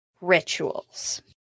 rituals